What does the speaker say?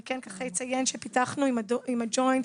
אני כן אציין שפיתחנו עם הג'וינט,